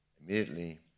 immediately